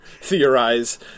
theorize